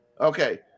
Okay